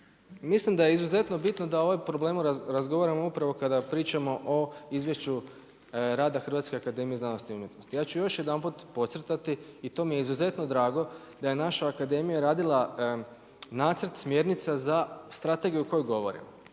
mislim da je izuzetno bitno da o ovom problemu razgovaramo upravo kada pričamo o izvješću rada Hrvatske akademije znanosti i umjetnosti. Ja ću još jedanput podcrtati i to mi je izuzetno drago da je naša akademija radila nacrt smjernica za strategiju o kojoj govorimo.